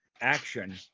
action